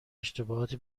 اشتباهات